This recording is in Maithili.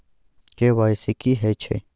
के.वाई.सी की हय छै?